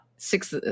Six